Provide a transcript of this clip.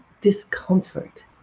discomfort